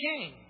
king